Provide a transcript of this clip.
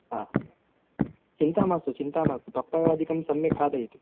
हा चिन्ता मास्तु चिन्ता मास्तु पप्पायादिकं सम्यक् खादयतु